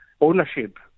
ownership